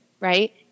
right